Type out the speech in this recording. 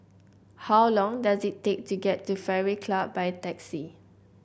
how long does it take to get to Fairway Club by taxi